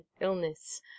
illness